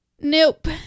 Nope